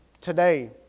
today